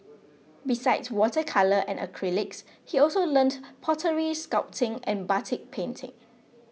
besides water colour and acrylics he also learnt pottery sculpting and batik painting